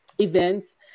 events